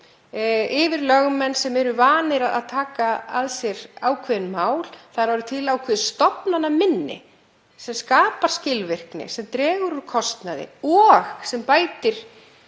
yfir lögmenn sem eru vanir að taka að sér ákveðin mál. Það er orðið til ákveðið stofnanaminni sem skapar skilvirkni, sem dregur úr kostnaði og sem bætir